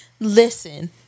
Listen